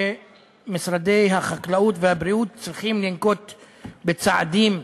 מכיוון שמשרדי החקלאות והבריאות צריכים לנקוט צעדים,